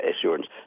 assurance